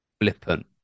flippant